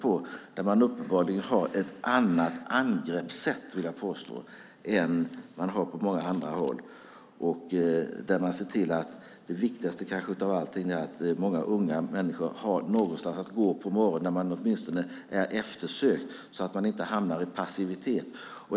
Där har man uppenbarligen ett annat angreppssätt, vill jag påstå, än på många andra håll. Man ser till det kanske viktigaste av allting, att många unga människor har någonstans att gå på morgonen, att de åtminstone är eftersökta så att de inte hamnar i passivitet.